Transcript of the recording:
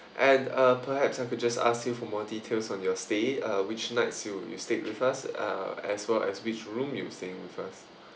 and uh perhaps I could just ask you for more details on your stay uh which nights you you stayed with us uh as well as which room you're staying with us